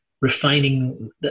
refining